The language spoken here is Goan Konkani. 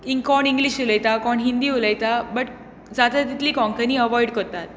कोण इंग्लीश उलयता कोण हिंदी उलयता बट जाता तितली कोंकणी अवोयड करतात